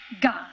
God